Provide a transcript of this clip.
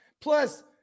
Plus